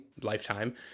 lifetime